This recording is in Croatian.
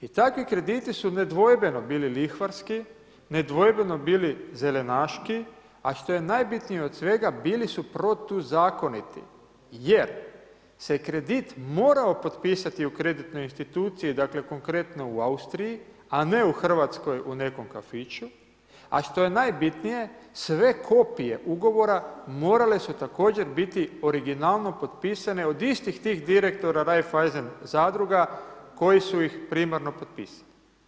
I takvi krediti su nedvojbeni bili lihvarski, nedvojbeno bili zelenaški a što je najbitnije od svega, bili su protuzakoniti jer se kredit morao potpisati u kreditnoj instituciji, dakle konkretno u Austriji a ne u Hrvatskoj u nekom kafiću a što je najbitnije, sve kopije ugovora moralu su također biti originalno potpisane od istih tih direktora Raiffeisen zadruga koji su ih primarno potpisali.